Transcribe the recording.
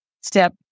Step